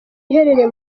iherereye